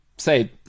say